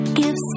give